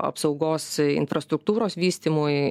apsaugos infrastruktūros vystymui